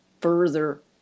further